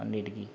అన్నిటికి